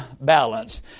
balance